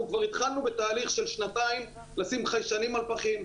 אנחנו כבר התחלנו בתהליך של שנתיים לשים חיישנים על פחים,